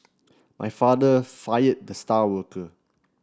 my father fired the star worker